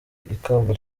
ikamba